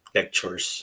Lectures